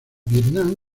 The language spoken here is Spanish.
vietnam